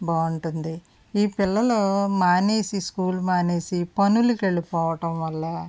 బాగుంటుంది ఈ పిల్లలు మానేసి స్కూల్ మానేసి పనులకి వెళ్ళిపోవడం వల్ల